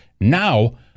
now